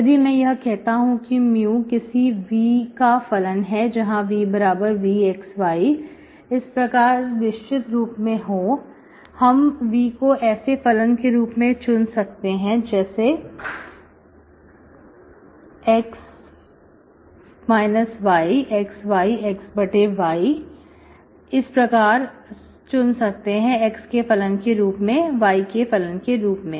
यदि मैं यह कहता हूं कि mu किसी v का फलन है जहां vvxy इस प्रकार निश्चित स्वरूप में हो हम v को एक ऐसे फल के रूप में चुन सकते हैं xyxy हम इस प्रकार सुन सकते हैं x के फलन के रूप में y के फल के रूप में